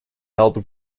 held